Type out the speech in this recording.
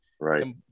Right